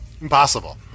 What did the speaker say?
Impossible